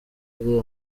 ari